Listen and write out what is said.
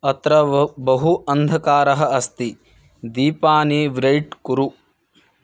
अत्र वह् बहु अन्धकारः अस्ति दीपानि व्रैट् कुरु